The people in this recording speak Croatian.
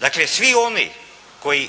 Dakle svi oni koji